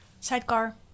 Sidecar